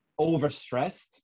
overstressed